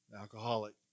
alcoholic